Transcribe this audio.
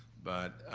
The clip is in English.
but